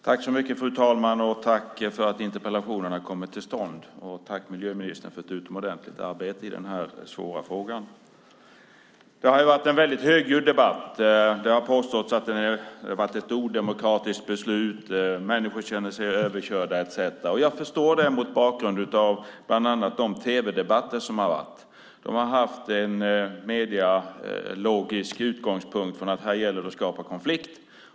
Fru talman! Jag tackar för att interpellationen har kommit till stånd och miljöministern för ett utomordentligt arbete i den här svåra frågan. Det har varit en högljudd debatt. Det har påståtts att det har varit ett odemokratiskt beslut, att människor känner sig överkörda, etcetera. Jag förstår det mot bakgrund av bland annat de tv-debatter som har varit. De har haft en medielogisk utgångspunkt att det gäller att skapa konflikt.